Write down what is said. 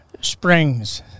springs